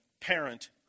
parent